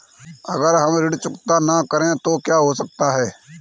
अगर हम ऋण चुकता न करें तो क्या हो सकता है?